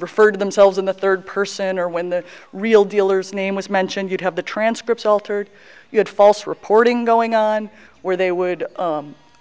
referred themselves in the third person or when the real dealers name was mentioned you'd have the transcripts altered you had false reporting going on where they would